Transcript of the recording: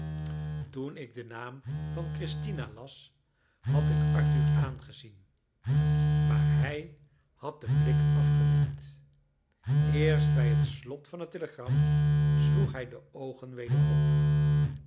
toen ik den naam van christina las had ik arthur aangezien maar hij had den blik afgewend eerst bij het slot van het telegram sloeg hij de oogen weder op